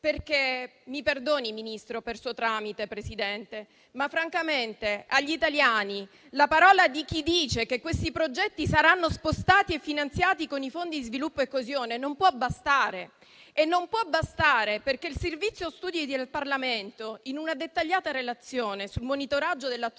- mi perdoni Ministro, per suo tramite, Presidente - agli italiani la parola di chi dice che questi progetti saranno spostati e finanziati con i fondi di sviluppo e coesione non può bastare. E non può bastare perché il Servizio studi del Parlamento, in una dettagliata relazione sul monitoraggio dell'attuazione